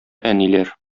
әниләр